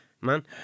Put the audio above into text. man